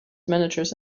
managers